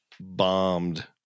bombed